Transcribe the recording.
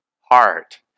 heart